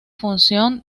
función